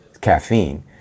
caffeine